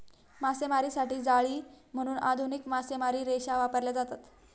मासेमारीसाठी जाळी म्हणून आधुनिक मासेमारी रेषा वापरल्या जातात